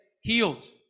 healed